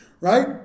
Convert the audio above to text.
right